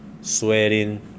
sweating